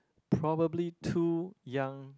probably two young